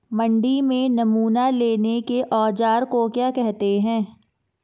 मंडी में नमूना लेने के औज़ार को क्या कहते हैं?